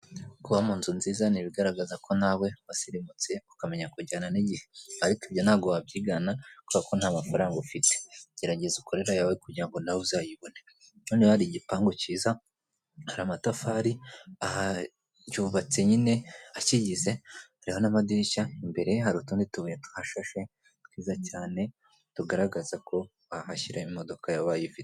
Kuba mu nzu nziza ni ibigaragaza ko nawe wasirimutse, ukamenya kujyana n'igihe ariko ibyo ntabwo wabyigana kubera ko nta mafaranga ufite. Gerageza ukorera ayawe kugira ngo nawe uzayibone. Noneho hari igipangu cyiza, hari amatafari acyubatse nyine akigize, hariho n'amadirishya, imbere yayo hari utundi tubuye tuhashashe twiza cyane, tugaragaza ko wahashyira imodoka yawe ubaye uyifite.